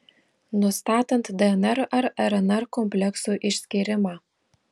nustatant dnr ar rnr kompleksų išskyrimą